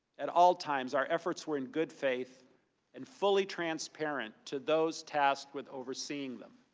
at all times our efforts were in good faith and fully transparent to those test with overseeing them.